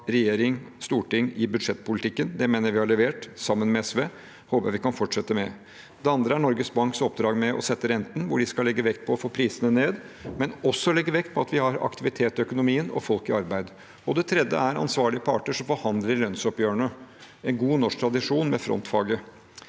regjering og storting i budsjettpolitikken. Det mener jeg at vi har levert sammen med SV, og det håper jeg vi kan fortsette med. Det andre er Norges Banks oppdrag med å sette renten, hvor de skal legge vekt på å få prisene ned, men også legge vekt på at vi har aktivitet i økonomien og folk i arbeid. Det tredje er ansvarlige parter som forhandler i lønnsoppgjørene – en god norsk tradisjon med frontfaget.